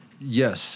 yes